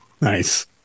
Nice